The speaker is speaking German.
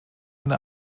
eine